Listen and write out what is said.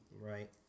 Right